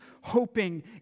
hoping